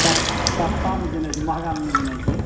सस सस्तामे जेनाइ छै महँगामे नहि जेनाइ छै